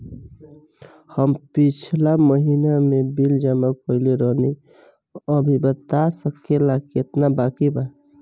हम पिछला महीना में बिल जमा कइले रनि अभी बता सकेला केतना बाकि बा?